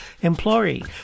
employee